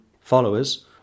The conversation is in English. followers